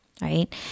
right